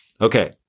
Okay